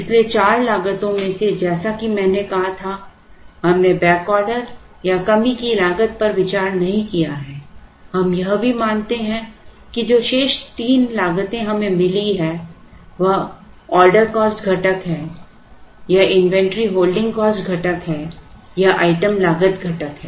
इसलिए चार लागतों में से जैसा कि मैंने कहा था कि हमने बैक ऑर्डर या कमी की लागत पर विचार नहीं किया है हम यह भी मानते हैं कि जो तीन शेष लागतें हमें मिली हैं वह ऑर्डर कॉस्ट घटक है यह इन्वेंट्री होल्डिंग कॉस्ट घटक है यह आइटम लागत घटक है